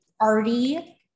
Artie